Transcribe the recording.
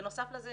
בנוסף לזה,